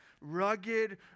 rugged